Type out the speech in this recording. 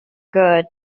good